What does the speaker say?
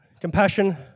Compassion